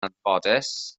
anffodus